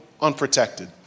unprotected